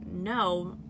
no